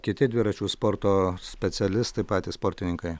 kiti dviračių sporto specialistai patys sportininkai